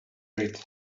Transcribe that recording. great